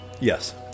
Yes